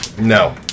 No